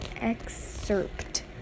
Excerpt